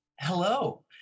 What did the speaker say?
hello